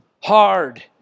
hard